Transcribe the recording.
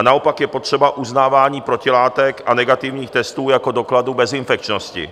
Naopak je potřeba uznávání protilátek a negativních testů jako dokladu bezinfekčnosti.